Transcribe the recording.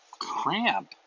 cramp